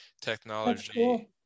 technology